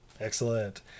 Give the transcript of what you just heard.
Excellent